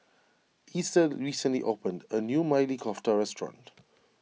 Easter recently opened a new Maili Kofta restaurant